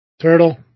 Turtle